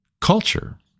culture